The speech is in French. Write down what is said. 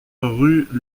rue